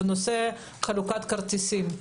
בנושא חלוקת כרטיסים.